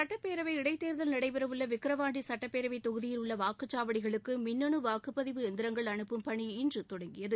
சட்டப்பேரவை இடைத்தேர்தல் நடைபெறவுள்ள விக்கிரவாண்டி சட்டப்பேரவைத் தொகுதியில் உள்ள வாக்குச்சாவடிகளுக்கு மின்னனு வாக்குப்பதிவு எந்திரங்கள் அனுப்பும் பணி இன்று தொடங்கியது